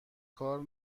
کار